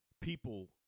people